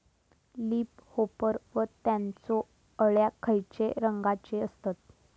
Leaf hopper व त्यानचो अळ्या खैचे रंगाचे असतत?